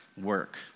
work